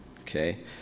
Okay